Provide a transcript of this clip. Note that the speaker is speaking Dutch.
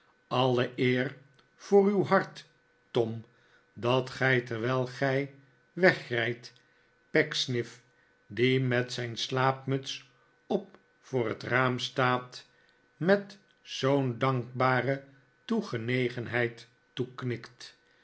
alle eer voor uw hart tom dat gij terwijl gij wegrijdt pecksniff die met zijn slaapmuts op voor het raam staat met zoo'n dankbare